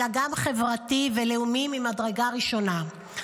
אלא גם חברתי ולאומי ממדרגה ראשונה.